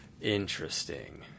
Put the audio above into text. Interesting